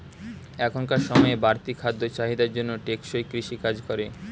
এখনকার সময়ের বাড়তি খাদ্য চাহিদার জন্য টেকসই কৃষি কাজ করে